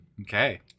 Okay